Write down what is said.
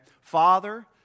Father